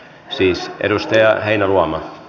siis edustaja heinäluoma